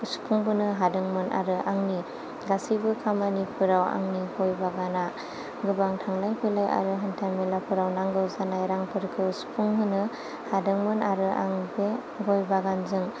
सुफुंबोनो हादोंमोन आरो आंनि गासैबो खामानिफोराव आंनि गय बागानआ गोबां थांलाय फैलाय आरो हान्था मेलाफोराव नांगौ जानाय रांफोरखौ सुफुं होनो हादोंमोन आरो आं बे गय बागानजों